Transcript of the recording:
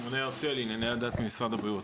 ממונה ארצי על ענייני הדת במשרד הבריאות.